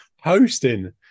hosting